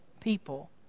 people